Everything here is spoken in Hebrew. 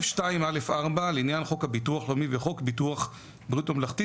א/2-א/4 לעניין חוק הביטוח הלאומי וחוק ביטוח בריאות ממלכתי,